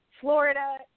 Florida